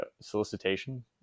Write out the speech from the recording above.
solicitation